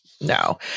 No